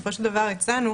בסופו של דבר הצענו,